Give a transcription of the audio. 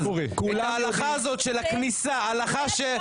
--- את ההלכה הזאת של הכניסה היה צריך לבטל מזמן.